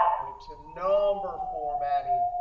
went to number formatting.